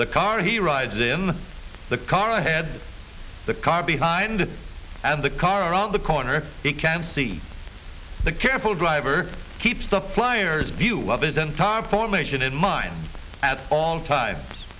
the car he rides in the car ahead the car behind it and the car around the corner he can see the careful driver keeps the flyers view of it then top formation in mind at all times